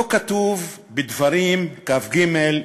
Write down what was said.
כה כתוב בדברים כ"ג,